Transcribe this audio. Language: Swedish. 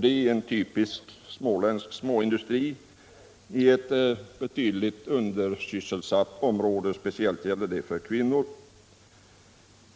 Det är en typisk småländsk småindustri i ett starkt undersysselsatt område, speciellt i vad avser kvinnor.